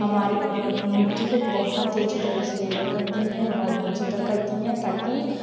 हमारे मिट्टी को बहुत ही अच्छी तरीके से लेबल करती हैं बहुत नीचे तक करती हैं ताकि